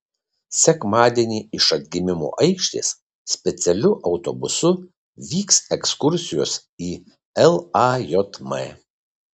sekmadienį iš atgimimo aikštės specialiu autobusu vyks ekskursijos į lajm